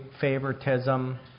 favoritism